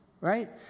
right